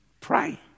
Pray